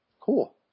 Cool